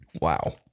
Wow